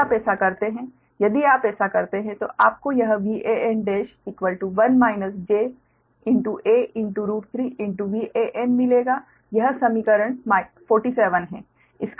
यदि आप ऐसा करते हैं यदि आप ऐसा करते हैं तो आपको यह Van11-j a3Van मिलेगा यह समीकरण 47 है